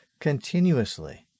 continuously